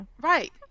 right